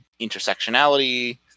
intersectionality